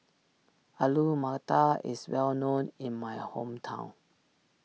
Alu Matar is well known in my hometown